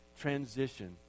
transition